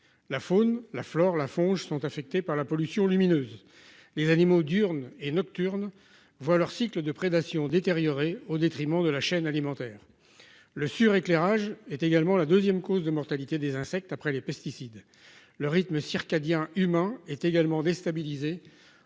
la faune, la flore, la font je sont affectés par la pollution lumineuse. Les animaux diurnes et nocturnes voient leur cycle de prédation détériorée au détriment de la chaîne alimentaire. Le sur-. Éclairage est également la 2ème cause de mortalité des insectes. Après les pesticides le rythme circadien humain est également déstabilisé,